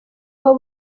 aho